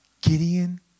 Gideon